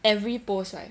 every post right